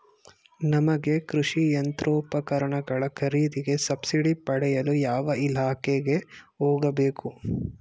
ನಮಗೆ ಕೃಷಿ ಯಂತ್ರೋಪಕರಣಗಳ ಖರೀದಿಗೆ ಸಬ್ಸಿಡಿ ಪಡೆಯಲು ಯಾವ ಇಲಾಖೆಗೆ ಹೋಗಬೇಕು?